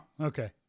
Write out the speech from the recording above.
Okay